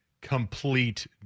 complete